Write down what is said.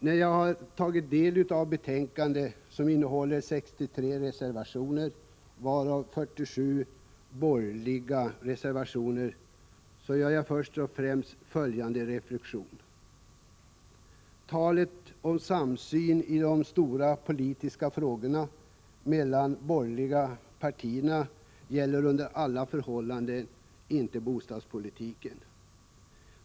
När jag tog del av betänkandet, som innehåller 63 reservationer, varav 47 borgerliga, gjorde jag först och främst följande reflexion. Talet om samsyn i de stora politiska frågorna mellan de borgerliga partierna gäller under alla förhållanden inte bostadspolitiken.